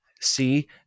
See